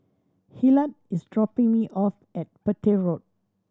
Hillard is dropping me off at Petir Road